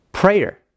Prayer